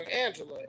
Angela